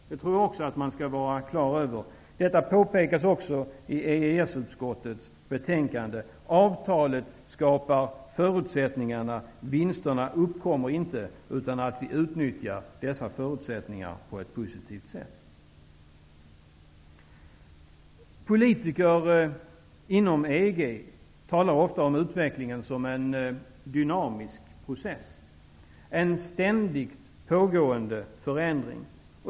Detta tror jag att man skall ha klart för sig, och detta påpekas också i EES-utskottets betänkande. Avtalet skapar förutsättningarna. Vinsterna uppkommer inte utan att vi utnyttjar dessa förutsättningar på ett positivt sätt. Politiker inom EG talar ofta om utvecklingen som en dynamisk process, en ständigt pågående förändring.